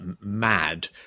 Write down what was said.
mad